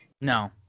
No